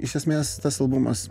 iš esmės tas albumas